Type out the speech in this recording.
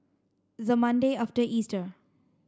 the Monday after Easter